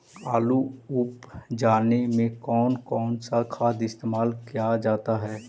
आलू उप जाने में कौन कौन सा खाद इस्तेमाल क्या जाता है?